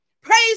Praise